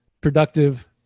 productive